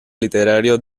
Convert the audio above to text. literario